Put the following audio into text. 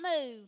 move